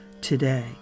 today